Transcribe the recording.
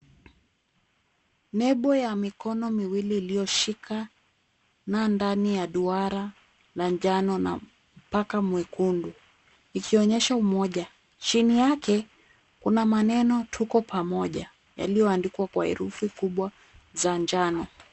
Nembo ya mikono miwili iliyoshikana ndani ya duara la njano na mpaka mwekundu ikionyesha umoja. Chini yake, kuna maneno Tuko Pamoja yaliyoandikwa kwa herufi kubwa za njano.